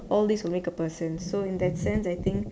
all these will make a person so in that sense I think